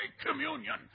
communion